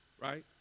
right